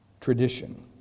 tradition